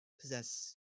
possess